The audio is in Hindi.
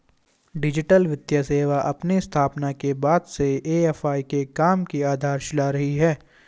डिजिटल वित्तीय सेवा अपनी स्थापना के बाद से ए.एफ.आई के काम की आधारशिला रही है